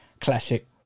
classic